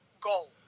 goal